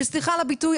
שסליחה על הביטוי,